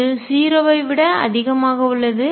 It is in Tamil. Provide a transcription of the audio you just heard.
இது 0 ஐ விட அதிகமாக உள்ளது